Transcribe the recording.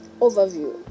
overview